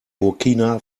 burkina